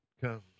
comes